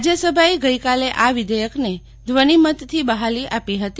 રાજ્યસભાએ આજે આ વિષેયકને ધ્વનિમતથી બહાલી આપી હતી